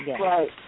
Right